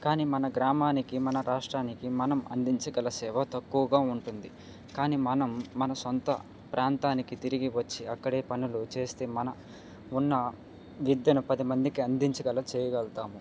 కానీ మన గ్రామానికి మన రాష్ట్రానికి మనం అందించగల సేవ తక్కువగా ఉంటుంది కానీ మనం మన సొంత ప్రాంతానికి తిరిగి వచ్చి అక్కడే పనులు చేస్తే మన ఉన్న విద్యను పదిమందికి అందించగల చేయగలుగుతాము